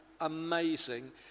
amazing